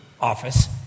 office